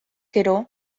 gero